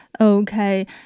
Okay